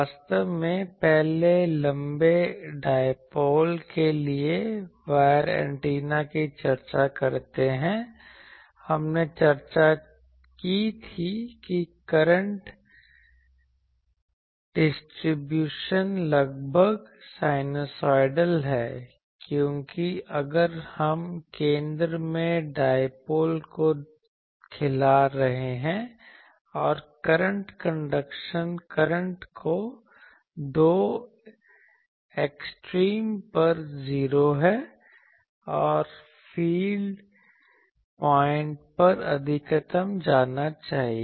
वास्तव में पहले लंबे डायपोल के लिए वायर एंटीना की चर्चा करते हुए हमने चर्चा की थी कि करंट डिस्ट्रीब्यूशन लगभग साइनूसोइडल है क्योंकि अगर हम केंद्र में डायपोल को खिला रहे हैं और करंट कंडक्शन करंट दो एक्सट्रीम पर zeo है और फीड पॉइंट पर अधिकतम जाना चाहिए